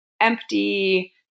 empty